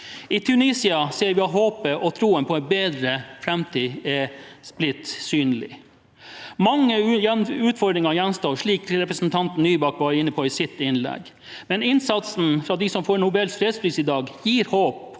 I Tunisia ser vi at håpet om og troen på en bedre framtid er blitt synlig. Mange utfordringer gjenstår – slik representanten Nybakk var inne på i sitt innlegg – men innsatsen fra dem som får Nobels fredspris i dag, gir håp